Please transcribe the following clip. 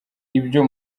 ibyo